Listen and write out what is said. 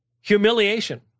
humiliation